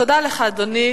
תודה לך, אדוני.